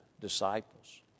disciples